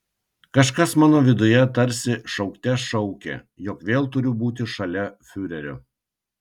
kažkas mano viduje tarsi šaukte šaukė jog vėl turiu būti šalia fiurerio